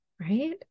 right